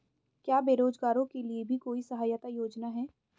क्या बेरोजगारों के लिए भी कोई सहायता योजना है?